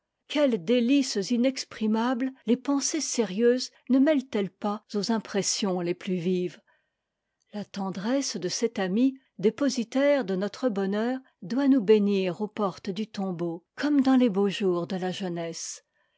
quelles délices inexprimables les pensées sérieuses ne mêlent elles pas aux impressions les plus vives la tendresse de cet ami dépositaire de notre bonheur doit nous bénir aux portes du tombeau comme dans les beaux jours de la jeunesse